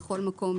בכל מקום,